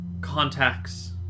contacts